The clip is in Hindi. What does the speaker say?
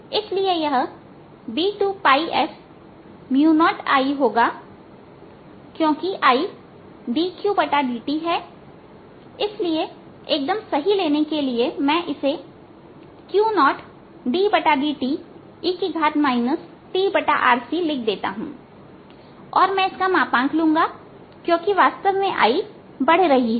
इसलिए यह B2s0Iक्योंकि Idqdt है इसलिए एकदम सही लेने के लिए मैं इसे Q0ddte tRCलिख देता हूं और मैं इसका मापांक ले लूंगा क्योंकि वास्तव में I बढ रही है